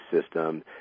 system